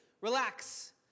relax